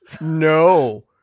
no